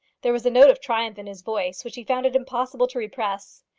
there was a note of triumph in his voice which he found it impossible to repress.